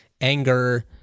anger